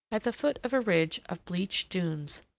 at the foot of a ridge of bleached dunes,